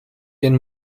den